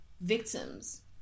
victims